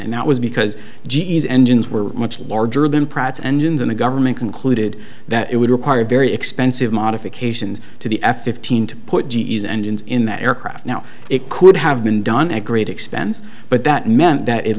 and that was because g s engines were much larger than pratt's engines and the government concluded that it would require very expensive modifications to the f fifteen to put g e engines in that aircraft now it could have been done at great expense but that meant that at